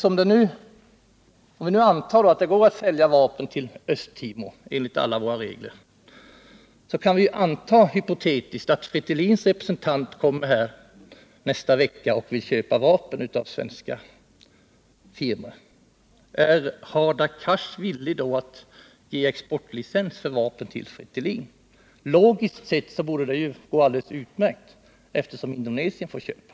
Om vi nu antar att det enligt våra regler går att sälja vapen till Östra Timor, kan vi hypotetiskt anta att Fretilins representant nästa vecka kommer och vill köpa vapen av svenska firmor. Är Hadar Cars då villig att ge exportlicens för vapen till Fretilin? Logiskt sett borde det gå alldeles utmärkt, eftersom Indonesien får köpa.